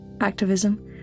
activism